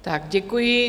Tak děkuji.